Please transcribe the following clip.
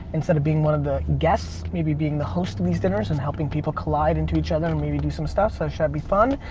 instead of being one of the guests, maybe being the host of these dinners and helping people collide into each other and maybe do some stuff, so should be fun.